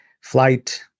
flight